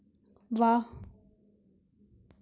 वाह